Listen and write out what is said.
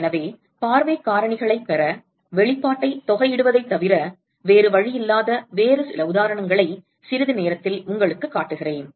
எனவே பார்வைக் காரணிகளைப் பெற வெளிப்பாட்டை தொகையிடுவதைத் தவிர வேறு வழியில்லாத வேறு சில உதாரணங்களைச் சிறிது நேரத்தில் உங்களுக்குக் காட்டுகிறேன்